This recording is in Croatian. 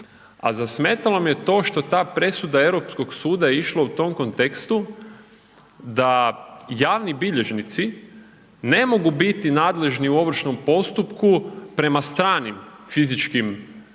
A zasmetalo me to što ta presuda Europskog suda je išla u tom kontekstu da javni bilježnici ne mogu biti nadležni u ovršnom postupku prema stranim fizičkim i